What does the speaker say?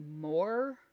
more